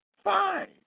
fine